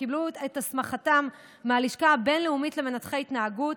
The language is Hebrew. שקיבלו את הסמכתם מהלשכה הבין-לאומית למנתחי התנהגות,